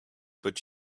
but